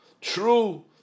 true